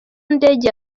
ndege